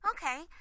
Okay